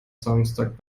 samstag